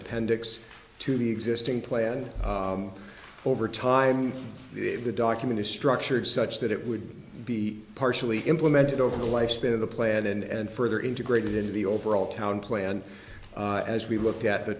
appendix to the existing plan and over time the document is structured such that it would be partially implemented over the lifespan of the plan and further integrated into the overall town plan as we looked at the